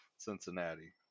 Cincinnati